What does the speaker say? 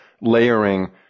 layering